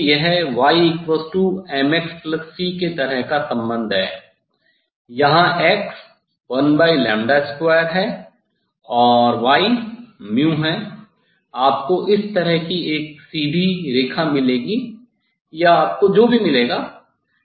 इसलिए यह ymxc के तरह का सम्बन्ध है यहाँ x 12है y है आपको इस तरह की एक सीधी रेखा मिलेगी या आपको जो भी मिलेगा